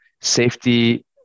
safety